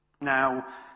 Now